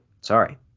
Sorry